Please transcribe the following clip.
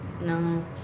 No